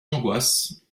angoisses